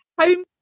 Home